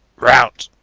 rout.